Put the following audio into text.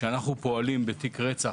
כשאנחנו פועלים בתיק רצח,